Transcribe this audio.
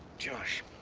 josh.